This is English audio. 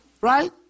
Right